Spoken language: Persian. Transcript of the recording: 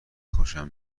خوشم